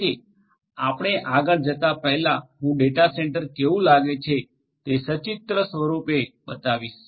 તેથી આપણે આગળ જતા પહેલાં હું ડેટા સેન્ટર કેવું લાગે છે તે સચિત્ર સરૂપે બતાવીશ